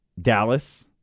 Dallas